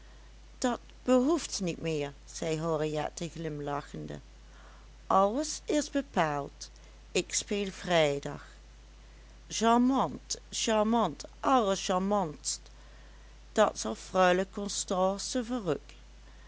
dat behoeft niet meer zei henriette glimlachende alles is bepaald ik speel vrijdag charmant charmant allercharmantst dat zal freule constance